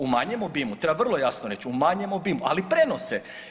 U manjem obimu, treba vrlo jasno reć, u manjem obimu, ali prenose.